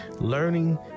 Learning